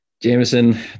Jameson